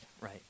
right